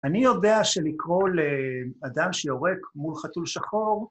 אני יודע שלקרוא לאדם שיורק מול חתול שחור.